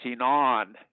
on